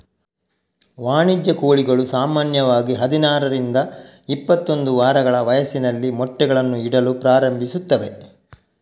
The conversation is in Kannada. ವಾಣಿಜ್ಯ ಕೋಳಿಗಳು ಸಾಮಾನ್ಯವಾಗಿ ಹದಿನಾರರಿಂದ ಇಪ್ಪತ್ತೊಂದು ವಾರಗಳ ವಯಸ್ಸಿನಲ್ಲಿ ಮೊಟ್ಟೆಗಳನ್ನು ಇಡಲು ಪ್ರಾರಂಭಿಸುತ್ತವೆ